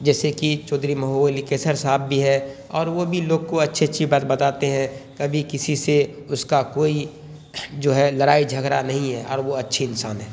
جیسے کہ چودھری محو علی کیسر صاحب بھی ہے اور وہ بھی لوگ کو اچھی اچھی بات بتاتے ہیں کبھی کسی سے اس کا کوئی جو ہے لڑائی جھگڑا نہیں ہے اور وہ اچھے انسان ہیں